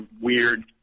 weird